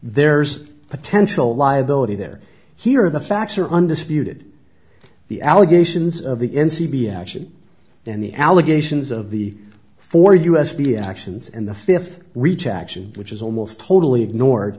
there's potential liability there here the facts are undisputed the allegations of the n c b action and the allegations of the four u s b actions and the th reach action which is almost totally ignored